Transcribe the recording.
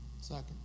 Second